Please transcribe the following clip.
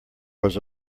was